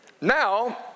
Now